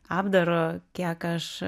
apdaro kiek aš